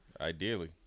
ideally